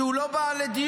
שהוא לא בא לדיון?